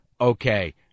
Okay